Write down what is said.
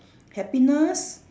happiness